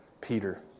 Peter